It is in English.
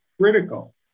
critical